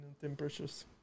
temperatures